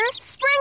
Spring